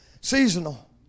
seasonal